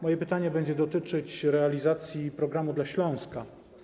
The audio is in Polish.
Moje pytanie będzie dotyczyć realizacji „Programu dla Śląska”